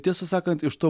tiesą sakant iš to